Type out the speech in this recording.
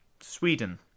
Sweden